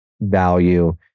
value